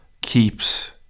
keeps